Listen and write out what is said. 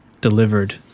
delivered